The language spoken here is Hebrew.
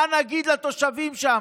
מה נגיד לתושבים שם,